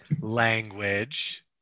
language